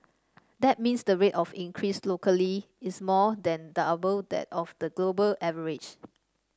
that means the rate of increase locally is more than double that of the global average